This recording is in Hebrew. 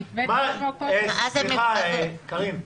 המתווה --- סליחה, קארין.